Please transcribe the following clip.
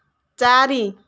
ଚାରି